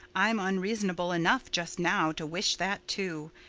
i'm unreasonable enough just now to wish that, too,